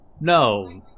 No